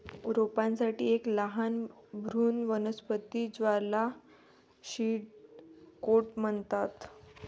रोपांसाठी एक लहान भ्रूण वनस्पती ज्याला सीड कोट म्हणतात